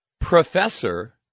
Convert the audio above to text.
Professor